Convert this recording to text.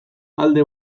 alde